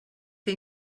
que